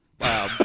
Wow